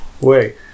Wait